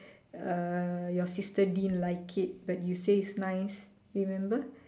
uh your sister didn't like it but you say it's nice you remember